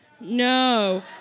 No